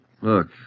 Look